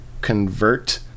convert